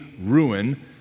ruin